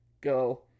go